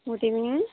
good evening